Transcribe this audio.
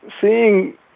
seeing